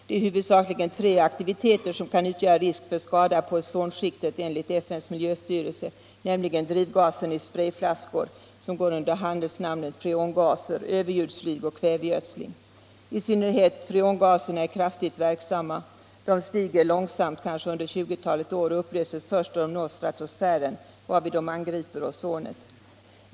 Det är huvudsakligen tre aktiviteter som kan utgöra risk för skada på ozonskiktet enligt FN:s mil Jöstyrelse, nämligen drivgausen i sprayflaskor, som går under namnet freon, överljudsflyg och kvävegödsel. I synnerhet freongaserna är kraftigt verksamma. De stiger långsamt — kanske under 20 år — och upplöses först då de når stratosfären, varvid de angriper ozonet.